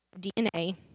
DNA